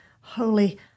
Holy